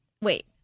wait